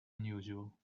unusual